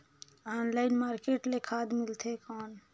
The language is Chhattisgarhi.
ऑनलाइन मार्केट ले खाद मिलथे कौन?